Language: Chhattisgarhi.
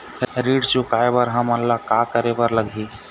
ऋण चुकाए बर हमन ला का करे बर लगही?